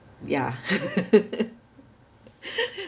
yeah